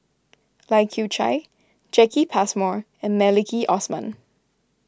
Lai Kew Chai Jacki Passmore and Maliki Osman